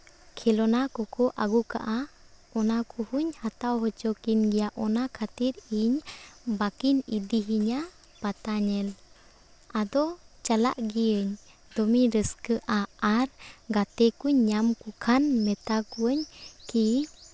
ᱠᱷᱮᱞᱱᱟ ᱠᱚᱠᱚ ᱟᱹᱜᱩ ᱠᱟᱜᱼᱟ ᱚᱱᱟ ᱠᱚᱦᱚᱧ ᱦᱟᱛᱟᱣ ᱦᱚᱪᱚ ᱠᱤᱱ ᱜᱮᱭᱟ ᱚᱱᱟ ᱠᱷᱟᱹᱛᱤᱨ ᱤᱧ ᱵᱟᱹᱠᱤᱱ ᱤᱫᱤᱭᱤᱧᱟᱹ ᱯᱟᱛᱟ ᱧᱮᱞ ᱟᱫᱚ ᱪᱟᱞᱟᱜ ᱜᱤᱭᱟᱹᱧ ᱫᱚᱢᱮᱧ ᱨᱟᱹᱥᱠᱟᱹᱜᱼᱟ ᱟᱨ ᱜᱟᱛᱮ ᱠᱩᱧ ᱧᱟᱢ ᱠᱚ ᱠᱷᱟᱱ ᱢᱮᱛᱟ ᱠᱚᱣᱟᱹᱧ ᱠᱤ